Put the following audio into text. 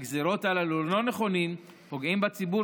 הגזרות הללו לא נכונות ופוגעות בציבור